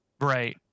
right